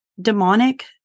demonic